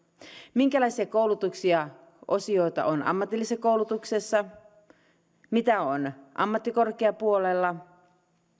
minkälaisia koulutuksia osioita on ammatillisessa koulutuksessa mitä on ammattikorkeapuolella